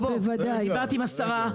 דיברתי עם השרה.